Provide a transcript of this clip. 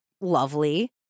lovely